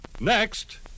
Next